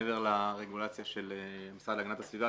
מעבר לרגולציה של משרד להגנת הסביבה,